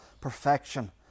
perfection